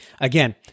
Again